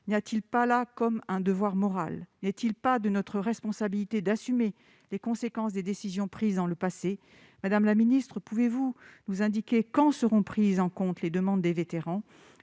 N'y a-t-il pas là comme un devoir moral ? N'est-il pas de notre responsabilité d'assumer les conséquences des décisions prises dans le passé ? Madame la ministre, pouvez-vous nous indiquer quand les demandes des vétérans